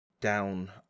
down